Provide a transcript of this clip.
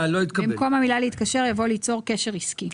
הצבעה ההסתייגות לא נתקבלה ההסתייגות לא התקבלה.